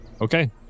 Okay